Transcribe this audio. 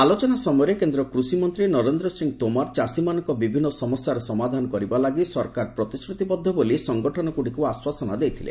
ଆଲୋଚନା ସମୟରେ କେନ୍ଦ୍ର କୁଷିମନ୍ତ୍ରୀ ନରେନ୍ଦ୍ର ସିଂହ ତୋମାର ଚାଷୀମାନଙ୍କର ବିଭିନ୍ନ ସମସ୍ୟାର ସମାଧାନ କରିବା ଲାଗି ସରକାର ପ୍ରତିଶ୍ରୁତିବଦ୍ଧ ବୋଲି ସଙ୍ଗଠନଗୁଡ଼ିକୁ ଆଶ୍ୱାସନା ଦେଇଥିଲେ